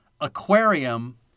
aquarium